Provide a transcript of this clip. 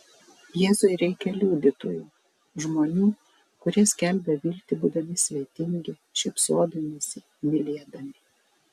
jėzui reikia liudytojų žmonių kurie skelbia viltį būdami svetingi šypsodamiesi mylėdami